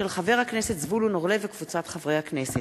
של חבר הכנסת זבולון אורלב וקבוצת חברי הכנסת,